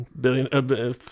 billion